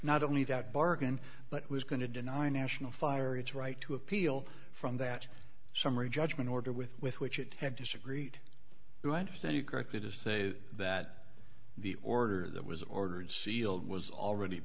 not only that bargain but was going to deny national fire its right to appeal from that summary judgment order with with which it had disagreed you understand you correctly to say that the order that was ordered sealed was already